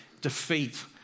defeat